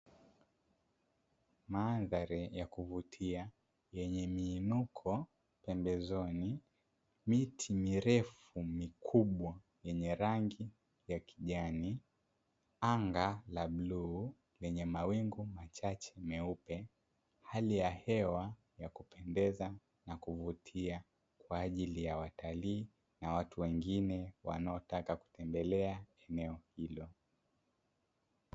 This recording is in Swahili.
Mandhari ya kuvutia yenye miinuko pembezoni, miti mirefu mikubwa yenye rangi ya kijani, anga la bluu lenye mawingu machache meupe, hali ya hewa ya kupendeza na kuvutia kwa ajili ya watalii na watu wengine wanaotaka kutembelea eneo hilo.